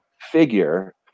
figure